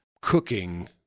cooking